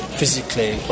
physically